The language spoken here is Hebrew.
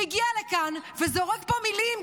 שהגיע לכאן וזורק פה מילים,